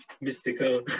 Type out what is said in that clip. mystical